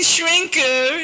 Shrinker